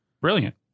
Brilliant